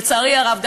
לצערי הרב,